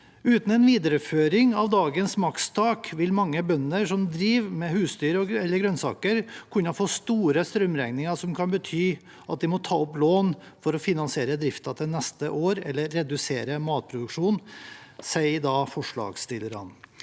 uten en videreføring av dagens makstak vil mange bønder som driver med husdyr eller grønnsaker, kunne få store strømregninger, som kan bety at de må ta opp lån for å finansiere driften til neste år, eller at de må redusere matproduksjonen. Jeg går nå over